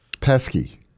Pesky